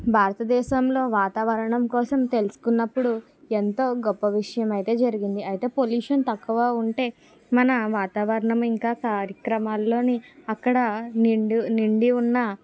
భారతదేశంలో వాతావరణం కోసం తెలుసుకున్నప్పుడు ఎంతో గొప్ప విషయం అయితే జరిగింది అయితే పొల్యూషన్ తక్కువ ఉంటే మన వాతావరణం ఇంకా కారిక్రమాలలోని అక్కడ నిండు నిండి ఉన్న